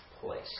place